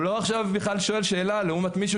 הוא לא עכשיו בכלל שואל שאלה לעומת מישהו